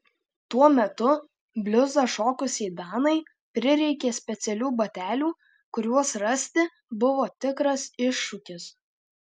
tuo metu bliuzą šokusiai danai prireikė specialių batelių kuriuos rasti buvo tikras iššūkis